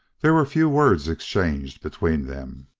there were few words exchanged between them.